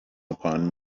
upon